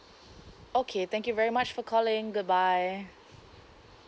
okay thank you very much for calling goodbye